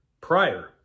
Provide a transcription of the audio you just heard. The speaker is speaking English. prior